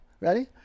Ready